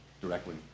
directly